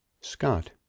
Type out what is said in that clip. Scott